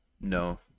no